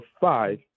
five